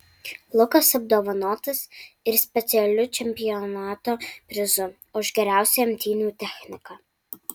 lukas apdovanotas ir specialiu čempionato prizu už geriausią imtynių techniką